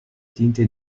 tinte